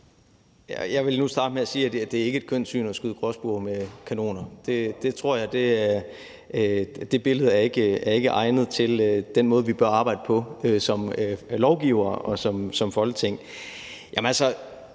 Jeg vil starte med at sige, at det nu ikke er et kønt syn at skyde gråspurve med kanoner. Jeg tror ikke, det billede er egnet til at illustrere den måde, vi bør arbejde på som lovgivere og som Folketing.